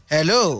Hello